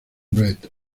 brett